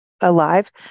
alive